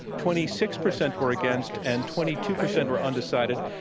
twenty six percent were against, and twenty two percent were undecided.